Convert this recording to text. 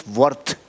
worth